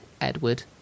Edward